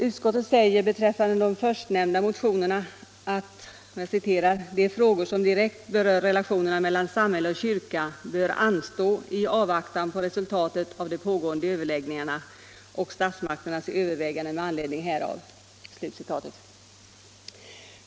Utskottet säger beträffande de förstnämnda motionerna att ”de frågor som direkt berör relationerna mellan samhälle och kyrka bör anstå i avvaktan på resultatet av de pågående överläggningarna och statsmakternas överväganden med anledning därav”.